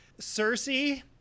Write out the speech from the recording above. Cersei